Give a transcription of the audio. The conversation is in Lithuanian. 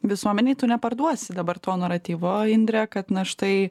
visuomenei tu neparduosi dabar to naratyvo indre kad na štai